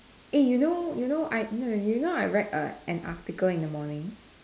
eh you know you know I no no you know I read a an article in the morning